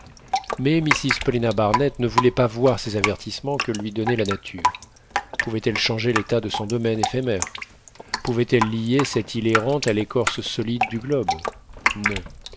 mrs paulina barnett ne voulait pas voir ces avertissements que lui donnait la nature pouvait-elle changer l'état de son domaine éphémère pouvait-elle lier cette île errante à l'écorce solide du globe non